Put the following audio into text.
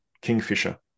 kingfisher